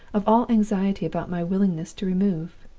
of all anxiety about my willingness to remove.